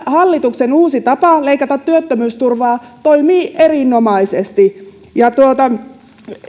hallituksen uusi tapa leikata työttömyysturvaa toimii erinomaisesti